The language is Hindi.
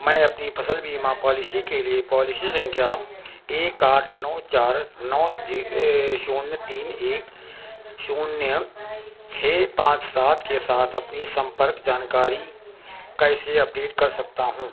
मैं अपनी फसल बीमा पॉलिसी के लिए पॉलिसी संख्या एक आठ नौ चार नौ शून्य तीन एक शून्य छः पाँच सात के साथ अपनी सम्पर्क जानकारी कैसे अपडेट कर सकता हूँ